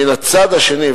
מן הצד השני,